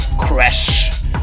Crash